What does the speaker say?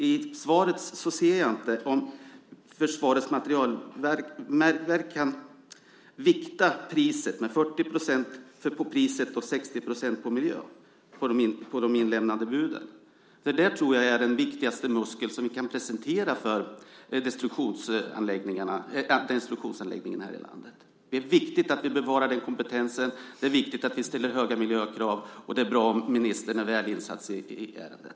I svaret framgår inte om Försvarets materielverk kan vikta priset med 40 % och miljön med 60 % när det gäller de inlämnade buden. Detta tror jag är den viktigaste muskeln som vi kan presentera i fråga om destrueringsanläggningarna här i landet. Det är viktigt att vi bevarar den kompetensen, det är viktigt att vi ställer höga miljökrav, och det är bra om ministern är väl insatt i ärendet.